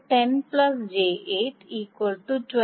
Zp 10 j8 12